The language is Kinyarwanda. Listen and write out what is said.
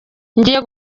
ngiye